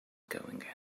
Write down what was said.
going